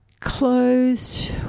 closed